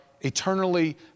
eternally